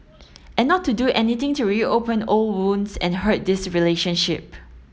and not to do anything to reopen old wounds and hurt this relationship